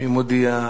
אני מודיע,